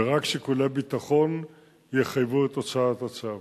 ורק שיקולי ביטחון חייבו את הוצאת הצו.